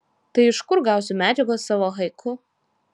tai iš kur gausiu medžiagos savo haiku